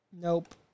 Nope